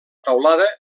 teulada